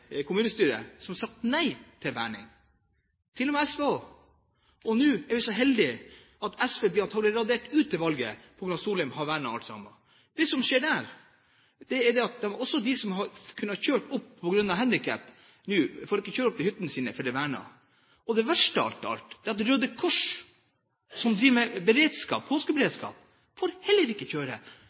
kommunestyre som har sagt nei til verning – til og med SV. Nå er vi så heldig at SV antakelig blir radert ut av Nord-Norge ved valget på grunn av at Solheim har vernet alt sammen. Det som skjer der, er at også de som har kunnet kjøre på grunn av et handikap, nå ikke får kjøre opp til hyttene sine, fordi området er vernet. Det verste av alt er at Røde Kors, som driver med beredskap, påskeberedskap, heller ikke får kjøre.